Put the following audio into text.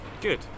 Good